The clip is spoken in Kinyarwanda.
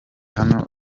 hano